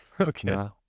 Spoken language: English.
Okay